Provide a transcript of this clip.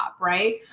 right